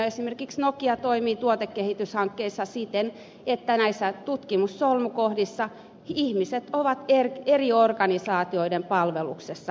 esimerkiksi nokia toimii tuotekehityshankkeissa siten että näissä tutkimussolmukohdissa ihmiset ovat eri organisaatioiden palveluksessa